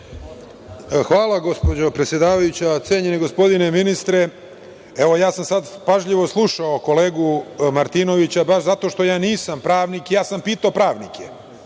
Hvala gospođo predsedavajuća. Cenjeni gospodine ministre, ja sam sada pažljivo slušao kolegu Martinovića, baš zato što ja nisam pravnik, ja sam pitao pravnike